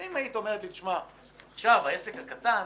אם היית אומרת לי שהעסק הקטן,